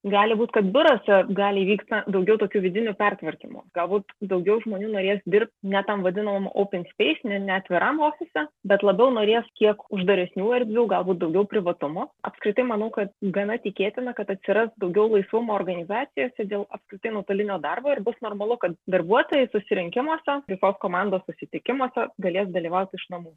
gali būt kad biuruose gali įvykt na daugiau tokių vidinių pertvarkymų galbūt daugiau žmonių norės dirbt ne tam vadinamam open space ne neatviram ofise bet labiau norės kiek uždaresnių erdvių galbūt daugiau privatumo apskritai manau kad gana tikėtina kad atsiras daugiau laisvumo organizacijose dėl apskritai nuotolinio darbo ir bus normalu kad darbuotojai susirinkimuose taip pat komandos susitikimuose galės dalyvauti iš namų